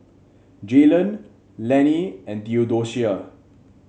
Jaylon Lanny and Theodocia